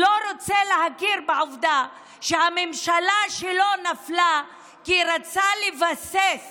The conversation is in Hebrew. לא רוצים להכיר בעובדה שהממשלה שלו נפלה כי הוא רצה לבסס